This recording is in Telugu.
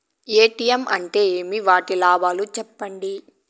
ఎ.టి.ఎం అంటే ఏమి? వాటి లాభాలు సెప్పండి